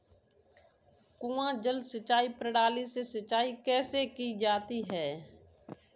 कुआँ जल सिंचाई प्रणाली से सिंचाई कैसे की जाती है?